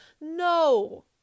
No